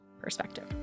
perspective